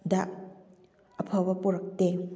ꯗ ꯑꯐꯕ ꯄꯣꯔꯛꯇꯦ